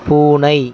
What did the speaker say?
பூனை